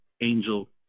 angel